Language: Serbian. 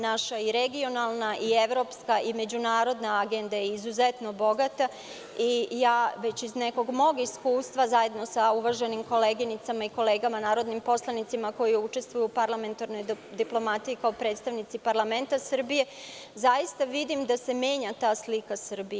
Naša regionalna i evropska i međunarodna agenda je izuzetno bogata i ja već iz nekog mog iskustva zajedno sa uvaženim koleginicama i kolegama narodnim poslanicima, koji učestvuju u parlamentarnoj diplomatiji kao predstavnici Parlamenta Srbije, zaista vidim da se menja ta slika Srbije.